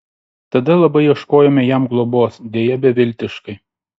tada labai ieškojome jam globos deja beviltiškai